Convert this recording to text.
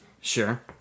Sure